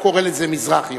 הוא קורא לזה "מזרח ירושלים".